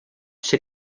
ser